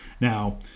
Now